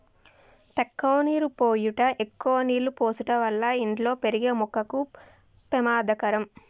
తక్కువ నీరు పోయుట ఎక్కువ నీళ్ళు పోసుట వల్ల ఇంట్లో పెరిగే మొక్కకు పెమాదకరం